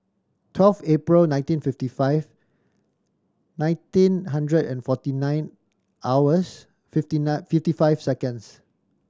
twelve April nineteen fifty five nineteen hundred and forty nine hours fifty nine fifty five seconds